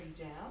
down